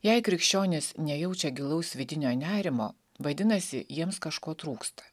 jei krikščionis nejaučia gilaus vidinio nerimo vadinasi jiems kažko trūksta